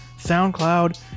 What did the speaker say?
SoundCloud